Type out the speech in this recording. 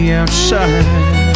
outside